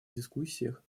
дискуссиях